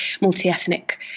multi-ethnic